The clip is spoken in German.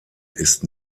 ist